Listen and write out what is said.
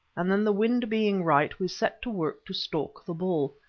and then the wind being right, we set to work to stalk the bull.